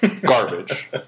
garbage